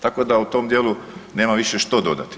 Tako da u tom djelu nemam više što dodati.